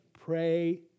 pray